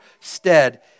stead